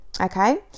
okay